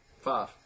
Five